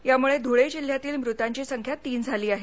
यामुळे धुळे जिल्ह्यातील मृतांची संख्या तीन झाली आहे